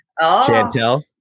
Chantel